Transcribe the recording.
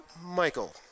Michael